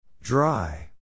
Dry